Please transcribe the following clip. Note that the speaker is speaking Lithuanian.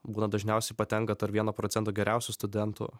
būna dažniausiai patenka tarp vieno procento geriausių studentų